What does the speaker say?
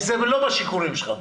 זה לא בשיקולים שלך.